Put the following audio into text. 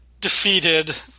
defeated